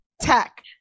Tech